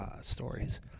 stories